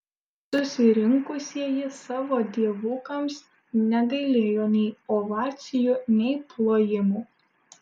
susirinkusieji savo dievukams negailėjo nei ovacijų nei plojimų